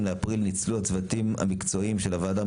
באפריל ניצלו הצוותים המקצועיים של הוועדה,